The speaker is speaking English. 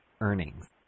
earnings